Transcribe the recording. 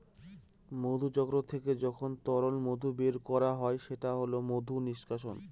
মধুচক্র থেকে যখন তরল মধু বের করা হয় সেটা হল মধু নিষ্কাশন